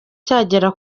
cyagera